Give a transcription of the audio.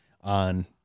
on